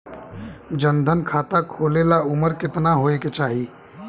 जन धन खाता खोले ला उमर केतना होए के चाही?